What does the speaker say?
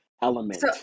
element